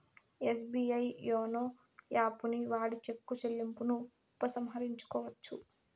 SBI YONO యాపుని వాడి చెక్కు చెల్లింపును ఉపసంహరించుకోవచ్చు